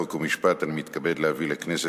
חוק ומשפט אני מתכבד להביא לכנסת,